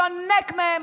יונק מהם,